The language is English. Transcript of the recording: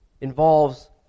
Involves